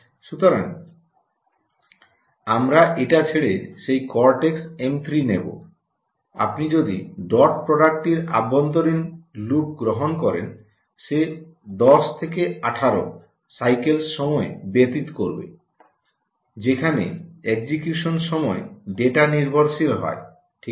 সুতরাং আমরা এটা ছেড়ে সেই কর্টেক্স এম 3 নেব আপনি যদি ডট প্রোডাক্টটির অভ্যন্তরীণ লুপটি গ্রহণ করেন সে 10 থেকে 18 সাইকেলস সময় ব্যতীত করবে যেখানে এক্সিকিউশন সময় ডেটা নির্ভরশীল হয় ঠিক আছে